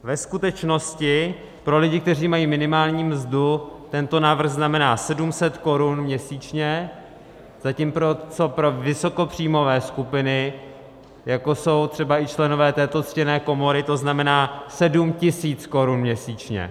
Ve skutečnosti pro lidi, kteří mají minimální mzdu, tento návrh znamená 700 korun měsíčně, zatímco pro vysokopříjmové skupiny, jako jsou třeba i členové této ctěné komory, to znamená 7 000 korun měsíčně.